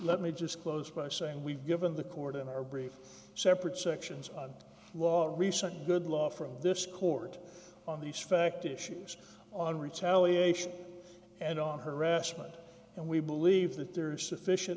let me just close by saying we've given the court in our brief separate sections a lot recent good law for this court on these fact issues on retaliation and on harassment and we believe that there is sufficient